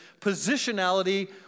positionality